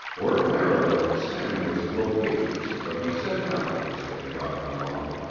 ordinarily sammy was loquacious but he said nothing as they jogged along.